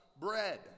bread